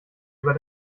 über